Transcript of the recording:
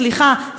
סליחה,